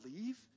leave